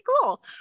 cool